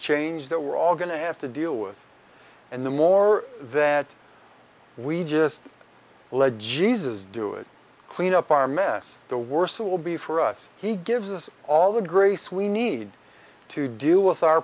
change that we're all going to have to deal with and the more that we just lead jesus do it clean up our mess the worse it will be for us he gives us all the grace we need to deal with our